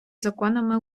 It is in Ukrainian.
законами